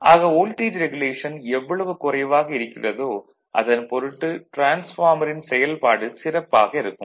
ஆக voltage regulation எவ்வளவு குறைவாக இருக்கிறதோ அதன்பொருட்டு டிரான்ஸ்பார்மரின் செயல்பாடு சிறப்பாக இருக்கும்